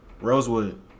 Rosewood